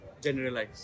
Generalize